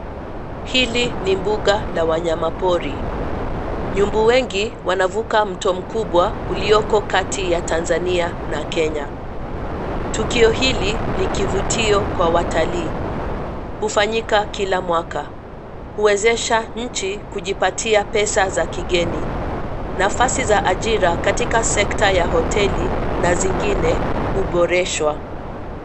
Hili ni mbuga la wanyamapori. Nyumbu wengi wanavuka mto mkubwa ulioko kati ya Tanzania na Kenya. Tukio hili ni kivutio kwa watalii. Hufanyika kila mwaka. Huwezesha nchi kujipatia pesa za kigeni. Nafasi za ajira katika sekta ya hoteli na zingine huboreshwa.